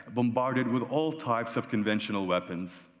bombarded with all types of conventional weapons.